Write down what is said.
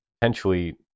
Potentially